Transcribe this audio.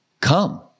come